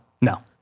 No